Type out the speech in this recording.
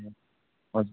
हजुर